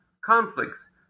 conflicts